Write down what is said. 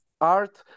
art